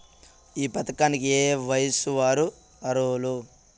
ఈ పథకానికి ఏయే వయస్సు వారు అర్హులు?